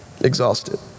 exhausted